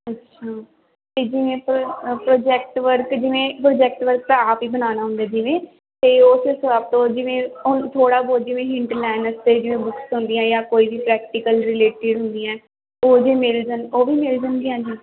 ਅੱਛਾ ਅਤੇ ਜਿਵੇਂ ਪਰੋ ਪ੍ਰੋਜੈਕਟ ਵਰਕ ਜਿਵੇਂ ਪ੍ਰੋਜੈਕਟ ਵਰਕ ਤਾਂ ਆਪ ਹੀ ਬਣਾਉਣਾ ਹੁੰਦਾ ਜਿਵੇਂ ਤਾਂ ਉਸ ਹਿਸਾਬ ਤੋਂ ਜਿਵੇਂ ਹੁਣ ਥੋੜ੍ਹਾ ਬਹੁਤ ਜਿਵੇਂ ਤੇ ਜਿਵੇਂ ਬੁੱਕਸ ਹੁੰਦੀਆਂ ਜਾਂ ਕੋਈ ਵੀ ਪ੍ਰੈਕਟੀਕਲ ਰਿਲੇਟਡ ਹੁੰਦੀਆਂ ਉਹ ਜੇ ਮਿਲ ਜਾਣ ਉਹ ਵੀ ਮਿਲ ਜਾਣਗੀਆਂ ਜੀ